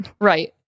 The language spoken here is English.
right